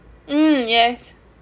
mm yes